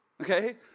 Okay